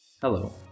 Hello